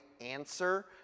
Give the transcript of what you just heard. answer